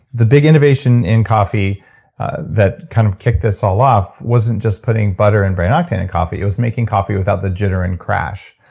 the big innovation in coffee that kind of kicked this all off wasn't just putting butter and brain octane in coffee. it was making coffee without the jittering crash.